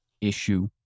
issue